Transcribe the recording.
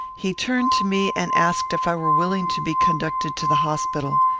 he turned to me, and asked if i were willing to be conducted to the hospital.